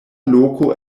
loko